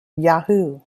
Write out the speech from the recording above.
yahoo